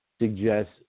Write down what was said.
suggest